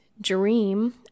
dream